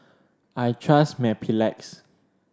I trust Mepilex